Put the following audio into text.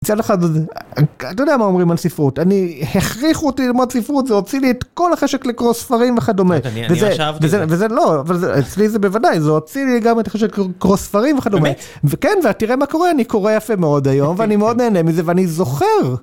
מצד אחד, אתה יודע מה אומרים על ספרות?, אני הכריחו אותי ללמוד ספרות זה הוציא לי את כל החשק לקרוא ספרים וכדומה וזה לא. אצלי זה בוודאי, זה הוציא לי גם את החשק לקרוא ספרים וכדומה וכן ותראה מה קורה, אני קורא יפה מאוד היום ואני מאוד נהנה מזה ואני זוכר.